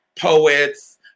poets